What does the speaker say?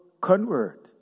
convert